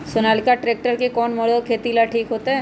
Sonalika tractor के कौन model खेती ला ठीक होतै?